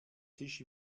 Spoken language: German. tisch